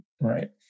Right